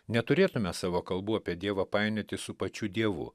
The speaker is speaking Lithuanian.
neturėtume savo kalbų apie dievą painioti su pačiu dievu